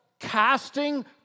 Casting